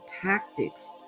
tactics